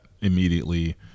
immediately